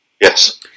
Yes